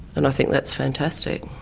and think that's fantastic.